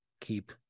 keep